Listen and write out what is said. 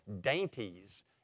dainties